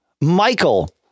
Michael